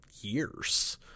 years